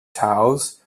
taos